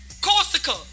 Corsica